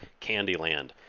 Candyland